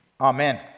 Amen